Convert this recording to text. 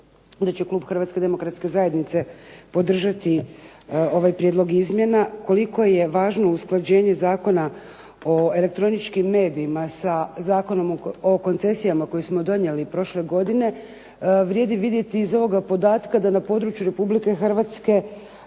da će klub Hrvatske demokratske zajednice podržati ovaj prijedlog izmjena. Koliko je važno usklađenje Zakona o elektroničkim medijima sa Zakonom o koncesijama koji smo donijeli prošle godine, vrijedi vidjeti iz ovog podatka da na području Republike Hrvatske